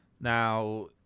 Now